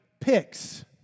picks